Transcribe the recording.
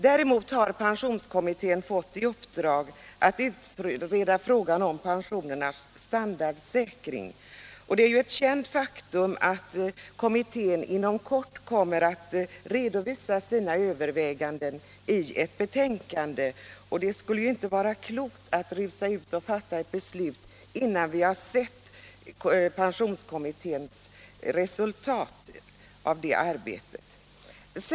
Däremot har pensionskommittén fått i uppdrag att utreda frågan om pensionernas standardsäkring. Det är ett känt faktum att kommittén inom kort kommer att redovisa sina överväganden i ett betänkande. Det skulle inte vara klokt att rusa ut och fatta ett beslut innan vi sett resultatet av pensionskommitténs arbete.